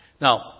Now